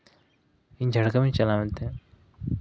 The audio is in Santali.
ᱤᱧ ᱡᱷᱟᱲᱜᱨᱟᱢᱤᱧ ᱪᱟᱞᱟᱜ ᱢᱮᱱᱛᱮ